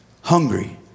Hungry